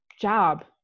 job